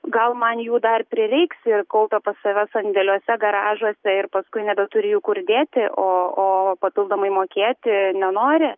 gal man jų dar prireiks ir kaupia pas save sandėliuose garažuose ir paskui nebeturi jų kur dėti o o papildomai mokėti nenori